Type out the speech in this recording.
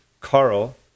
Carl